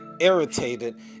irritated